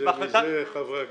איזה חברי כנסת?